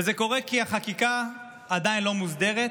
וזה קורה כי החקיקה עדיין לא מוסדרת,